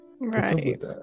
right